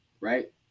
right